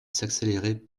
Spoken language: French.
s’accélérer